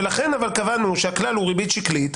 ולכן קבענו שהכלל הוא ריבית שקלית,